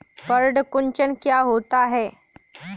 पर्ण कुंचन क्या होता है?